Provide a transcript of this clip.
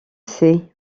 c’est